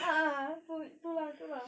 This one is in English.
a'ah tu tu lah tu lah